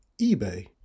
ebay